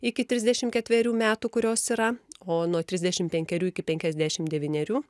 iki trisdešim ketverių metų kurios yra o nuo trisdešim penkerių iki penkiasdešim devynerių